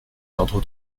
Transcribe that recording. ordres